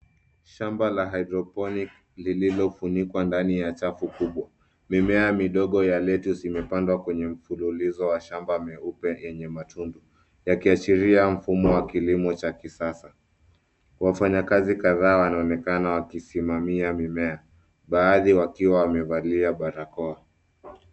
Shamba la hydroponic lililofunikwa ndani ya chafu kubwa, mimea midogo ya lettuce imepandwa kwenye mfululizo wa shamba meupe yenye matundu, yakiashiria mfumo wa kilimo cha kisasa. Wafanyakazi kadhaa wanaonekana wakisimamia mimea, baadhi wakiwa wamevalia barakoa.